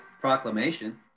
proclamation